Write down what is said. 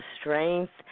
strength